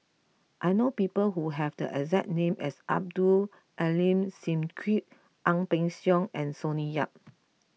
I know people who have the exact name as Abdul Aleem Siddique Ang Peng Siong and Sonny Yap